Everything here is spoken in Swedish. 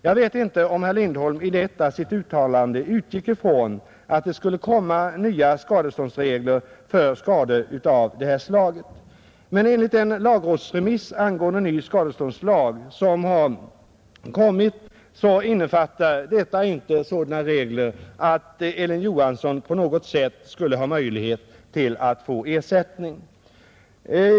Jag vet inte om herr Lindholm i detta sitt uttalande utgick ifrån att det skulle komma nya skadeståndsregler för skador av detta slag, men av den lagrådsremiss som utarbetats med anledning av förslag till ny skadeståndslag framgår, att denna lag inte innefattar sådana regler att Elin Johansson på något sätt skulle ha möjlighet till ersättning.